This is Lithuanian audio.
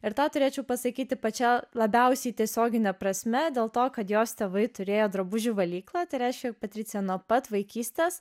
ir tą turėčiau pasakyti pačiai labiausiai tiesiogine prasme dėl to kad jos tėvai turėjo drabužių valyklą tai reiškia jog patricija nuo pat vaikystės